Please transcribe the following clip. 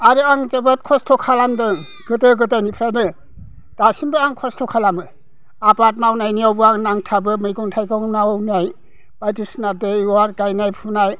आरो आं जोबोद खस्थ' खालामदों गोदो गोदायनिफ्रायनो दासिमबो आं खस्थ' खालामो आबाद मावनायनियावबो आं नांथाबो मैगं थाइगंनियाव नै बायदिसिना बेगर गायनाय फुनाय